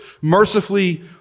mercifully